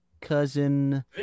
cousin